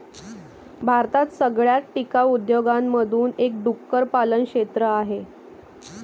भारतात सगळ्यात टिकाऊ उद्योगांमधून एक डुक्कर पालन क्षेत्र आहे